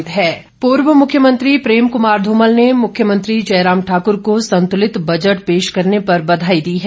प्रतिक्रिया भाजपा पूर्व मुख्यमंत्री प्रेम कुमार धूमल ने मुख्यमंत्री जयराम ठाकुर को संतुलित बजट पेश करने पर बधाई दी है